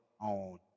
on